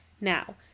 Now